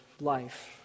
life